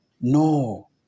No